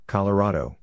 Colorado